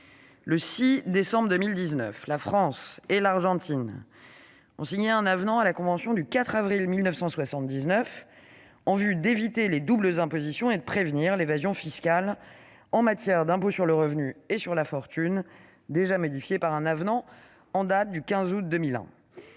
le 6 décembre 2019, la France et l'Argentine ont signé un avenant à la convention du 4 avril 1979 en vue d'éviter les doubles impositions et de prévenir l'évasion fiscale en matière d'impôts sur le revenu et sur la fortune, déjà modifiée par un avenant en date du 15 août 2001.